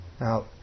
Now